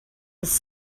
his